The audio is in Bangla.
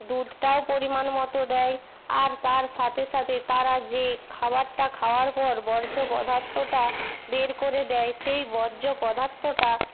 দুধটাও পরিমান মত দেয় আর তার সাথে সাথে তারা যে খাওয়ারটা খাওয়ার পর বর্জ্য পদার্থটা বের করে দেয় সেই বজ্জ পদার্থটা